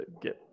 get